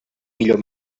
millor